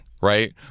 right